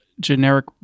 generic